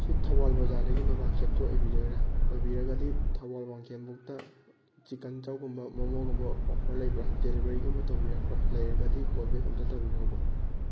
ꯁꯤ ꯊꯧꯕꯥꯜ ꯕꯖꯥꯔꯗꯒꯤ ꯅꯣꯕꯥ ꯀꯦꯞꯇꯨ ꯑꯣꯏꯕꯤꯗꯣꯏꯔꯥ ꯑꯣꯏꯕꯤꯔꯒꯗꯤ ꯊꯧꯕꯥꯜ ꯋꯥꯡꯈꯦꯝꯐꯥꯎꯇ ꯆꯤꯛꯀꯟ ꯆꯧꯒꯨꯝꯕ ꯃꯣꯃꯣꯒꯨꯝꯕ ꯑꯣꯐꯔ ꯂꯩꯕ꯭ꯔꯥ ꯗꯤꯂꯤꯚꯔꯤꯒꯨꯝꯕ ꯇꯧꯕꯤꯔꯛꯄ꯭ꯔꯥ ꯂꯩꯔꯒꯗꯤ ꯀꯣꯜ ꯕꯦꯛ ꯑꯝꯇ ꯇꯧꯕꯤꯔꯛꯎꯕ